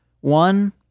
one